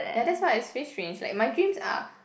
ya that's why I feel strange like my dreams are